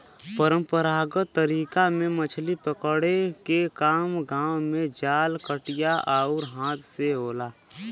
परंपरागत तरीका में मछरी पकड़े के काम गांव में जाल, कटिया आउर हाथ से होला